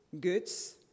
goods